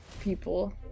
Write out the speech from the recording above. people